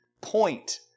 point